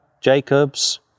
Jacob's